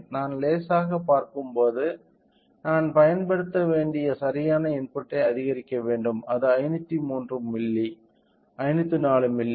நான் லேசாக பார்க்கும் போது நான் பயன்படுத்த வேண்டிய சரியான இன்புட்டை அதிகரிக்க வேண்டும் அது 503 மில்லி 504 மில்லி